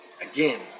Again